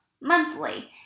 monthly